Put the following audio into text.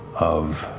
of